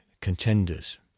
contenders